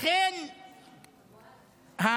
הכול אותו דבר, הכול אותו דבר.